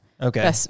Okay